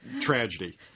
Tragedy